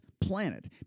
planet